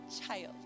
child